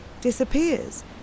disappears